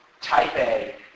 type-A